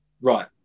right